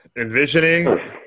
envisioning